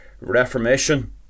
Reformation